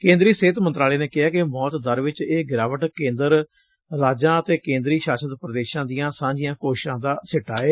ਕੇਂਦਰੀ ਸਿਹਤ ਮੰਤਰਾਲੇ ਨੇ ਕਿਹੈ ਕਿ ਮੌਤ ਦਰ ਵਿਚ ਇਹ ਗਿਰਾਵਟ ਕੇਂਦਰ ਰਾਜਾਂ ਅਤੇ ਕੇਂਦਰੀ ਸ਼ਾਸਿਤ ਪੁਦੇਸ਼ਾਂ ਦੀਆਂ ਸਾਂਝੀਆਂ ਕੋਸ਼ਿਸਾਂ ਦਾ ਸਿੱਟਾ ਏ